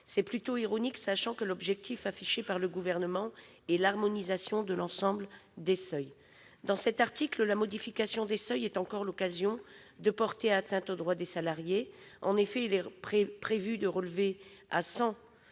C'est plutôt ironique, quand on sait que le Gouvernement affiche comme objectif l'harmonisation de l'ensemble des seuils ... À travers cet article, la modification des seuils est encore l'occasion de porter atteinte aux droits des salariés. En effet, il est prévu de relever à 100